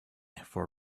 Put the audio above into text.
for